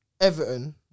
Everton